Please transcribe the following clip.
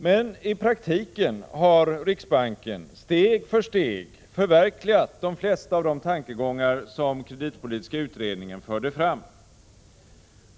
Men i praktiken har riksbanken steg för steg förverkligat de flesta av de tankegångar som kreditpolitiska utredningen förde fram.